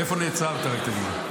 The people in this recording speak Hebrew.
איפה נעצרת, רק תגיד לי.